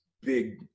big